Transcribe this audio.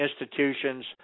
institutions